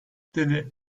dedi